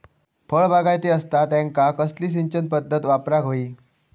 फळबागायती असता त्यांका कसली सिंचन पदधत वापराक होई?